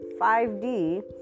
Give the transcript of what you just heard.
5D